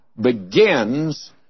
begins